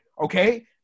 Okay